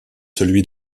celui